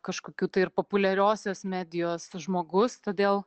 kažkokių tai ir populiariosios medijos žmogus todėl